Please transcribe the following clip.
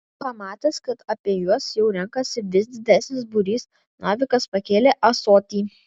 pamatęs kad apie juos jau renkasi vis didesnis būrys navikas pakėlė ąsotį